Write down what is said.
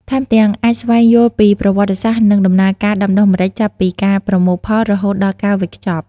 ថែមទាំង អាចស្វែងយល់ពីប្រវត្តិសាស្រ្ត និងដំណើរការដាំដុះម្រេច ចាប់ពីការប្រមូលផល រហូតដល់ការវេចខ្ចប់។